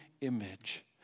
image